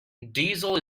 diesel